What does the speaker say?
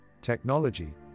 technology